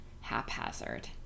haphazard